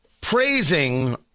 praising